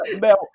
Mel